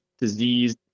disease